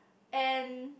and